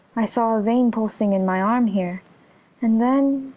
i saw a vein pulsing in my arm here and then,